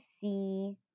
see